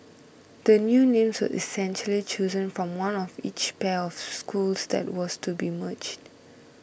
the new names were essentially chosen from one of each pair of schools that was to be merged